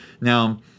Now